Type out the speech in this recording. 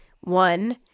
one